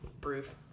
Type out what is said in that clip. Proof